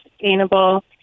sustainable